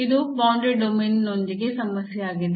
ಇದು bounded domain ನೊಂದಿಗೆ ಸಮಸ್ಯೆಯಾಗಿದೆ